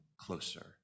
closer